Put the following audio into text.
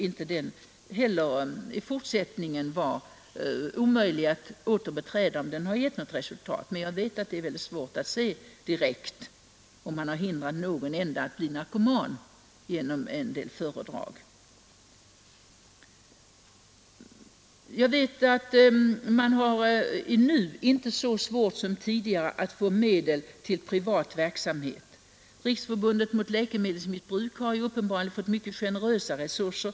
I så fall bör det inte vara omöjligt att gå vidare i den verksamheten. Men jag vet som sagt att det är mycket svårt att direkt konstatera huruvida man har räddat någon enda från att bli narkoman genom att hålla ett föredrag eller upplysa på annat sätt. Nu är det heller inte lika svårt som tidigare att få medel till privat verksamhet. Riksförbundet för hjälp åt läkemedelsmissbrukare har uppenbarligen fått mycket generöst tilltagna resurser.